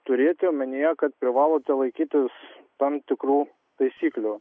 turėti omenyje kad privalote laikytis tam tikrų taisyklių